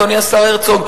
אדוני השר הרצוג,